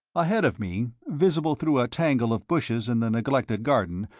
ahead of me, visible through a tangle of bushes in the neglected garden,